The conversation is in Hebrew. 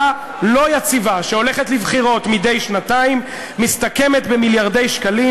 לא יציבה שהולכת לבחירות מדי שנתיים מסתכמת במיליארדי שקלים.